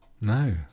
No